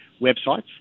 websites